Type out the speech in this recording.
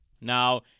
Now